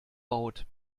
baut